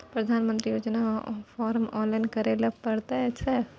प्रधानमंत्री योजना फारम ऑनलाइन करैले परतै सर?